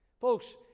folks